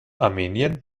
armenien